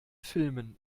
filmen